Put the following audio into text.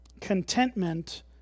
Contentment